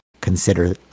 consider